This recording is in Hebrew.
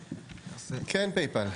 כן, "פייפאל".